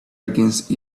against